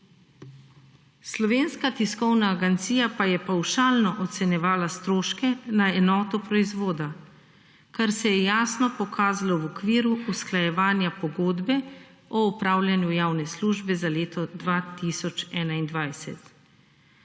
Slovenska tiskovna agencija pa je pavšalno ocenjevala stroke na enoto proizvoda, kar se je jasno pokazalo v okviru usklajevanja pogodbe o upravljanju javne službe za leto 2021.